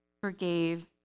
forgave